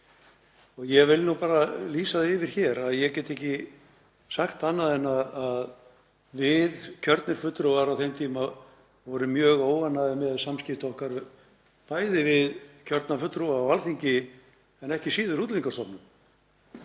Ég vil bara lýsa því yfir hér að ég get ekki sagt annað en að við, kjörnir fulltrúar á þeim tíma, vorum mjög óánægð með samskipti okkar, bæði við kjörna fulltrúa á Alþingi en ekki síður við Útlendingastofnun.